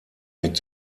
mit